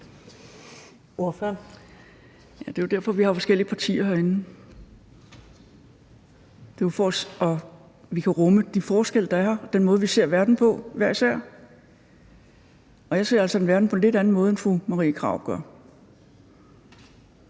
det er jo derfor, vi har forskellige partier herinde. Det er jo, for at vi kan rumme de forskelle, der er, og den måde, vi ser verden på hver især. Og jeg ser altså verden på en lidt anden måde, end fru Marie Krarup gør.